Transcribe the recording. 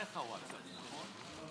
מילה אחת על הדיון.